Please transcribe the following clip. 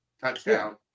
Touchdown